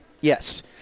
Yes